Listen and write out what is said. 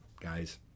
guys